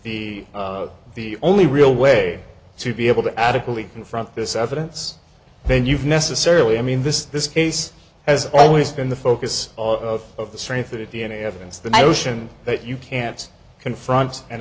the the only real way to be able to adequately confront this evidence then you've necessarily i mean this this case has always been the focus of the strength of the d n a evidence the notion that you can't confront and